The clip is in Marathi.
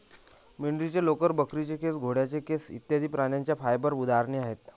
मेंढीचे लोकर, बकरीचे केस, घोड्याचे केस इत्यादि प्राण्यांच्या फाइबर उदाहरणे आहेत